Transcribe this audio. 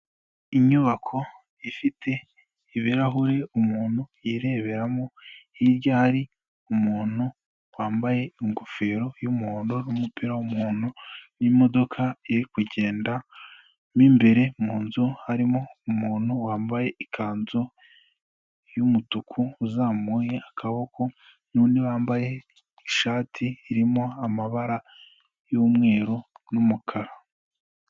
Inyubako ifite ibirahure umuntu yireberamo, hirya hari umuntu wambaye ingofero y'umuhondo n'umupira w'umuhondo, imodoka iri kugenda, mu imbere mu nzu harimo umuntu wambaye ikanzu y'umutuku uzamuye akaboko n'undi wambaye ishati irimo amabara y'umweru n'umukara.